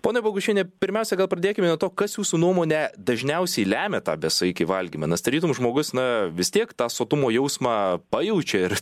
pone bogušiene pirmiausia gal pradėkime nuo to kas jūsų nuomone dažniausiai lemia tą besaikį valgymą nes tarytum žmogus na vis tiek tą sotumo jausmą pajaučia ir